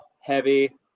heavy